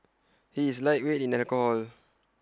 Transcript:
he is lightweight in alcohol